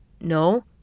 No